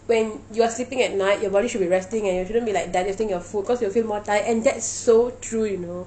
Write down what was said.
when you are sleeping at night your body should be resting and you shouldn't be like digesting your food cause you will feel more tired and that's so true you know